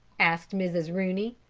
asked mrs. rooney.